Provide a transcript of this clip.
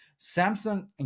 samsung